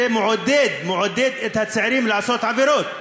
זה מעודד את הצעירים לעשות עבירות.